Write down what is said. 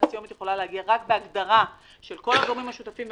והיא יכולה להגיע רק בהגדרה של כל הגורמים השותפים.